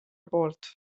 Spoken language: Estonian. poolt